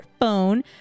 phone